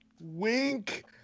Wink